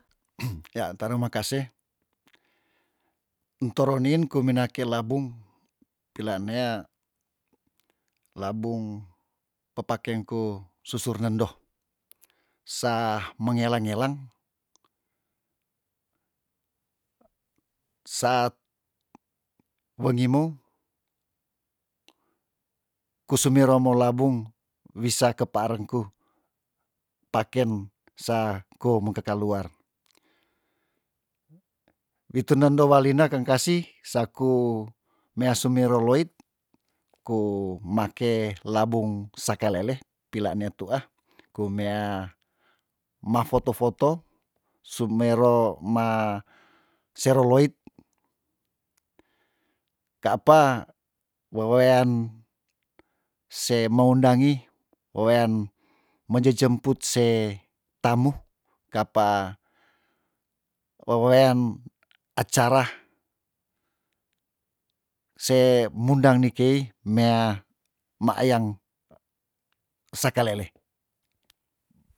Ya tarima kase ntoro niin kumina ke labung peilaan nea labung pepakeng ku susur nendo sa mengela ngelang sat mengi mou kusimero mo labung wisa kepaarku paken sa ko moke kaluar witun nendo walina neng kasih saku mea sumero loit ku make labung sakalele pila ne tuah ku mea ma foto foto sumero ma sero loit ka apa wewean se meundangi wewean mejejemput se tamu ka apa wewean acara se mundang ni kei mea maeyang sakalele